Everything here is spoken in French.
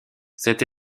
cette